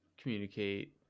communicate